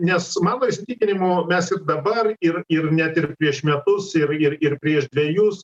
nes mano įsitikinimu mes dabar ir ir net ir prieš metus ir ir ir prieš dvejus